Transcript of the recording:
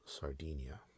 Sardinia